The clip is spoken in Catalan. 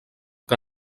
que